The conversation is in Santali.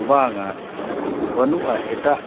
ᱵᱟᱝᱼᱟ ᱵᱟᱹᱱᱩᱜᱼᱟ ᱮᱴᱟᱜ